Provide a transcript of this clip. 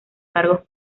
cargos